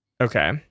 Okay